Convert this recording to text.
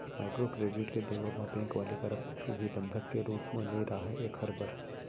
micro credit के देवब म बेंक वाले करा कुछु भी बंधक के रुप म नइ राहय ऐखर बर